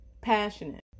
Passionate